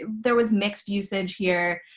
there was mixed usage here.